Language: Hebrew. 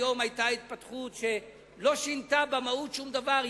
היתה היום התפתחות שלא שינתה במהות שום דבר.